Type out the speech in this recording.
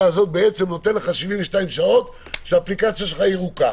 בעצם נותן לך 72 שעות שהאפליקציה שלך ירוקה.